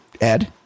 Ed